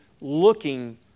looking